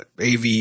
AV